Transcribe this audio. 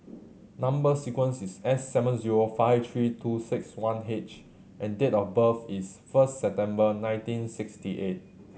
number sequence is S seven zero five three two six one H and date of birth is first September nineteen sixty eight